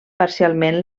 parcialment